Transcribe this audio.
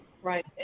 Right